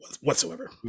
whatsoever